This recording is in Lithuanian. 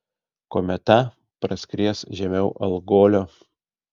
kometa praskries žemiau algolio